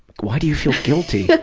why do you feel guilty? but